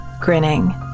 grinning